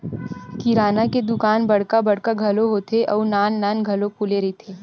किराना के दुकान बड़का बड़का घलो होथे अउ नान नान घलो खुले रहिथे